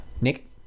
Nick